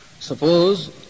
Suppose